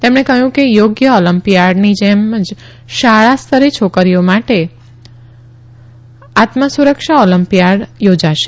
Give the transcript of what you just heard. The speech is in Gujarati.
તેમણે કહથું કે થોગ ઓલિમ્મિ થાડની જેમ જ શાળા સ્તરે છોકરીઓ માટેની આત્મ સુરક્ષા ઓલિમ્મિ થાડ યોજાશે